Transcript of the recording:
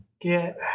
get